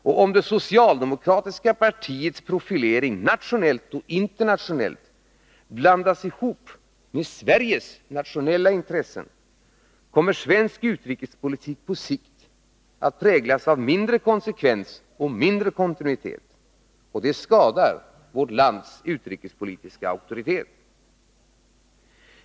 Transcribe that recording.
Om det socialdemokratiska partiets profilering nationellt och internationellt blandas ihop med Sveriges nationella intressen, kommer svensk utrikespolitik på sikt att präglas av mindre konsekvens och mindre kontinuitet. Det skadar vårt lands utrikespolitiska auktoritet.